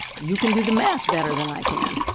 you can do the math better than i can.